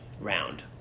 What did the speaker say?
round